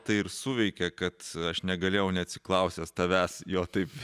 tai ir suveikė kad aš negalėjau neatsiklausęs tavęs jo taip